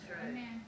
Amen